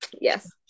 Yes